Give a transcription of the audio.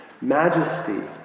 Majesty